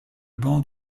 banc